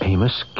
Amos